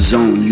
Zone